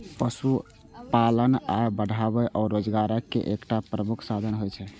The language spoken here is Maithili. पशुपालन आय बढ़ाबै आ रोजगारक एकटा प्रमुख साधन होइ छै